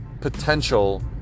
potential